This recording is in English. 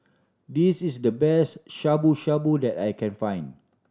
this is the best Shabu Shabu that I can find